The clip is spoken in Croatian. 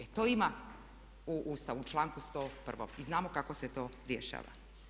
E to ima u Ustavu, u članku 101. i znam kako se to rješava.